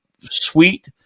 sweet